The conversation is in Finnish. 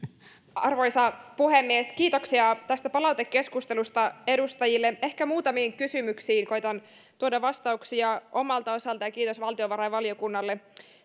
arvoisa puhemies kiitoksia tästä palautekeskustelusta edustajille ehkä muutamiin kysymyksiin koetan tuoda vastauksia omalta osaltani ja kiitos valtiovarainvaliokunnalle